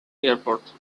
airport